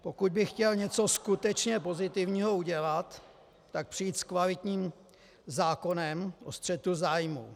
Pokud by chtěl něco skutečně pozitivního udělat, tak přijít s kvalitním zákonem o střetu zájmů.